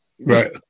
right